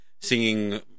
singing